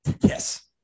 Yes